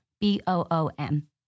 B-O-O-M